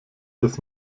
das